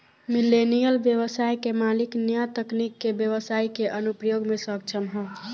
millennial ब्यबसाय के मालिक न्या तकनीक के ब्यबसाई के अनुप्रयोग में सक्षम ह